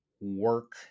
work